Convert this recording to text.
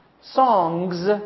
songs